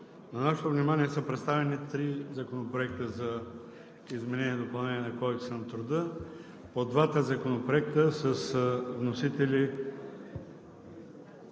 На нашето внимание са представени три законопроекта за изменение и допълнение на Кодекса на труда. По двата законопроекта с вносители